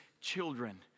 children